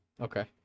Okay